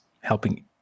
helping